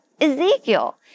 Ezekiel